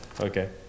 okay